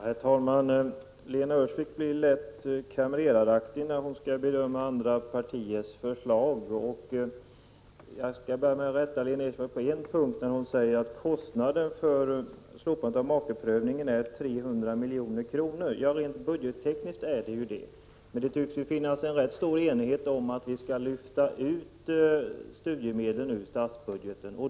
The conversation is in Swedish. Herr talman! Lena Öhrsvik blir lätt kamreraraktig när hon skall bedöma andra partiers förslag. Jag skall börja med att rätta Lena Öhrsvik på en punkt. Det gäller när hon säger att kostnaden för att slopa äktamakeprövningen är 300 milj.kr. Rent budgettekniskt är det så. Men det tycks ju finnas en rätt stor enighet om att vi skall lyfta ut studiemedlen ur statsbudgeten.